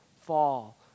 fall